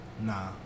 nah